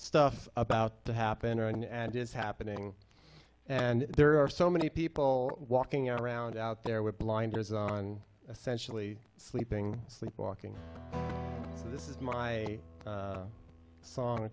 stuff about to happen around and is happening and there are so many people walking around out there with blinders on essentially sleeping sleepwalking so this is my song